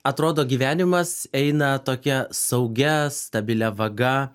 atrodo gyvenimas eina tokia saugia stabilia vaga